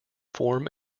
form